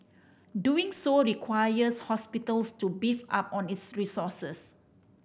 doing so requires hospitals to beef up on its resources